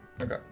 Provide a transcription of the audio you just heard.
Okay